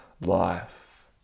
life